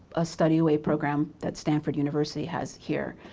a study-away program that stanford university has here.